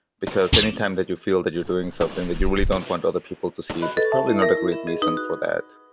because anytime that you feel that you're doing something that you really don't want other people to see, there's probably not a great reason for that.